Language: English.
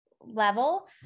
level